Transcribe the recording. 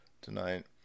tonight